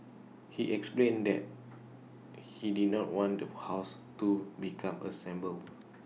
he explained that he did not want the house to become A shambles